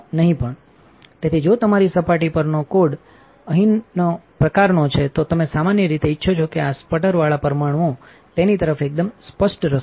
તેથી જો તમારી સપાટી પરનો કોડ અહીંનો પ્રકારનો છે તો તમે સામાન્ય રીતે ઇચ્છો છો કે આ સ્પટરવાળા પરમાણુઓ તેનીતરફએકદમ સ્પષ્ટરસ્તોહોય